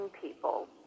people